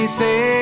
say